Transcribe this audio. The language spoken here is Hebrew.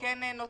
כן נותנים,